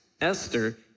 Esther